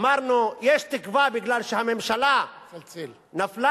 אמרנו, יש תקווה מפני שהממשלה נפלה.